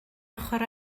ochr